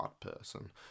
person